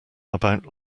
about